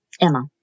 Emma